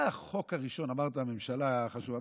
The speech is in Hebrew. מה החוק הראשון, אמרת הממשלה חשובה.